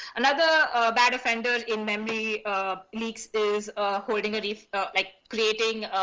another bad offenders in memory leaks, is holding a leaf like creating